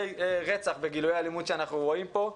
רצח בגילויי האלימות שאנחנו רואים פה,